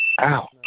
Ow